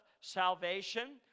salvation